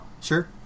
Sure